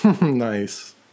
Nice